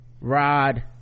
rod